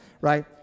Right